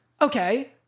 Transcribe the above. Okay